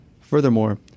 Furthermore